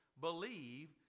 believe